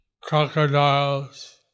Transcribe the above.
crocodiles